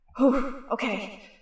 okay